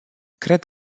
cred